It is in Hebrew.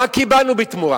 מה קיבלנו בתמורה?